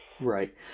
Right